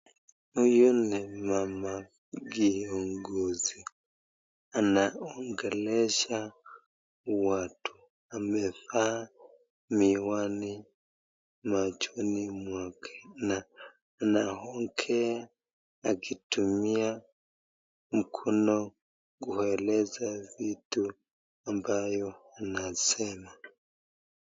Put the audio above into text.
Huyu ni mama kiongizi anaongelesha watu, amevaa miwani machoni mwake na anaongea akitumia mkono kueleza vitu ambayo anasema.